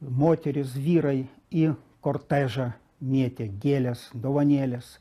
moterys vyrai į kortežą mėtė gėles dovanėles